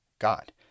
God